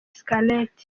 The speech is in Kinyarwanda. scarlett